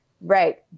Right